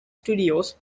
studios